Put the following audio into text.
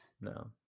No